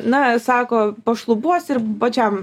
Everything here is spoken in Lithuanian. na sako pašlubuos ir pačiam